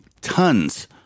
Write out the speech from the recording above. tons